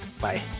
bye